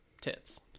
tits